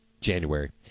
January